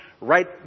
right